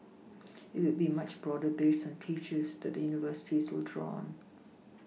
it will be much broader based on teachers that the universities will draw on